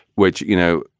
which, you know,